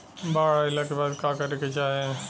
बाढ़ आइला के बाद का करे के चाही?